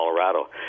Colorado